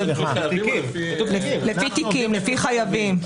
לפי תיקים, לפי חייבים.